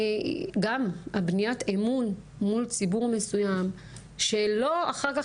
גם בניית האמון מול ציבור מסוים שלא אחר כך